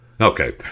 Okay